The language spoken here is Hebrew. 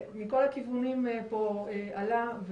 מכל הכיוונים פה זה עלה.